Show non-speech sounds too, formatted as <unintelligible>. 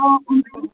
हा <unintelligible>